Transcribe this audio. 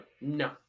No